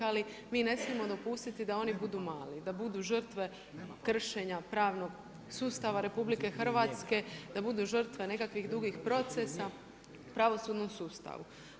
Ali mi ne smijemo dopustiti da oni budu mali, da budu žrtve kršenja pravnog sustava RH, da budu žrtve nekakvih dugih procesa u pravosudnom sustavu.